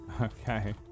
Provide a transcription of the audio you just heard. Okay